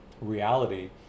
reality